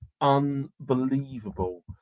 unbelievable